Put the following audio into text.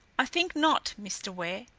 i think not, mr. ware.